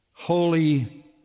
holy